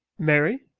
mary,